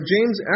James